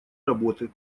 работы